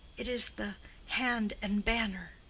it is the hand and banner,